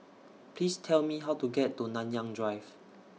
Please Tell Me How to get to Nanyang Drive